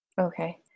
Okay